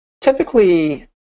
typically